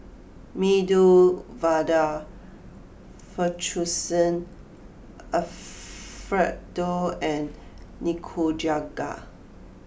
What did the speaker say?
Medu Vada Fettuccine Alfredo and Nikujaga